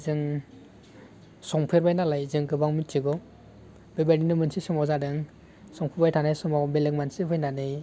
जों संफेरबाय नालाय जों गोबां मिथिगौ बेबायदिनो मोनसे समाव जादों संफुबाय थानाय समाव बेलेक मानसि फैनानै